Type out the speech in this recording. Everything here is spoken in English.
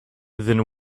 then